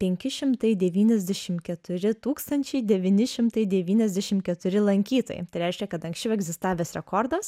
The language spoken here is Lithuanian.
penki šimtai devyniasdešim keturi tūkstančiai devyni šimtai devyniasdešim keturi lankytojai tai reiškia kad anksčiau egzistavęs rekordas